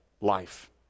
life